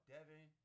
Devin